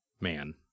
man